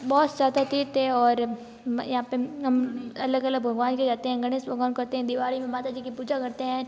बहुत ज़्यादा तीर्थ हैं और म यहाँ पर अलग अलग भगवान के जाते हैं गणेश भगवान करते है दिवाली में माता जी की पूजा करते हैं